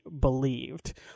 believed